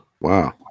Wow